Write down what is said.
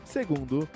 Segundo